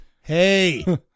hey